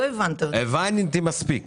הבנתי מספיק